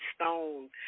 stone